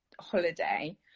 holiday